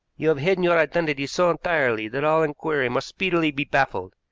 you have hidden your identity so entirely that all inquiry must speedily be baffled,